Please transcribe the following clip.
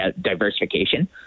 diversification